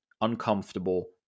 uncomfortable